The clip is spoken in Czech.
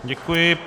Děkuji.